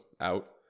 out